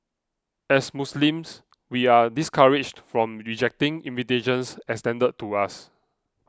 as Muslims we are discouraged from rejecting invitations extended to us